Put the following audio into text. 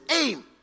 aim